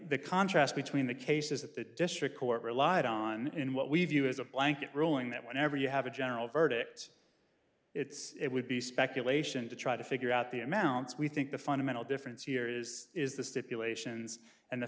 the contrast between the cases that the district court relied on in what we view as a blanket ruling that whenever you have a general verdict it's it would be speculation to try to figure out the amounts we think the fundamental difference here is is the stipulations and the